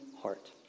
heart